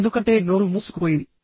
ఎందుకంటే నోరు మూసుకుపోయింది